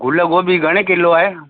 गुलगोभी घणे किलो आहे